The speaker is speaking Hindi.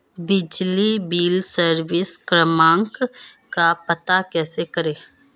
बिजली बिल सर्विस क्रमांक का पता कैसे करें?